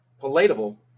palatable